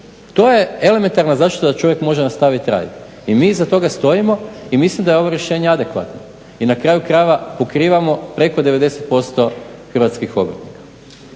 to je elementarna zaštita da čovjek može nastaviti raditi. I mi iza toga toga stojimo. I mislim da je ovo rješenje adekvatno. I na kraju krajeva, pokrivamo preko 90% hrvatskih obrtnika.